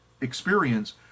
experience